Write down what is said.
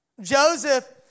Joseph